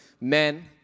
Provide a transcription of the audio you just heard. men